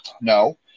No